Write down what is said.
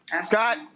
Scott